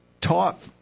taught